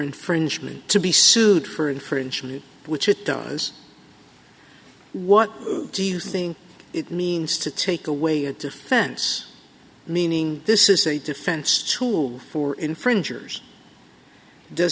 infringement to be sued for infringement which it does what do you think it means to take away a defense meaning this is a defense tool for infringers does